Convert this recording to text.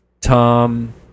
Tom